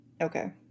Okay